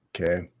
okay